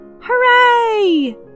Hooray